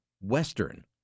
Western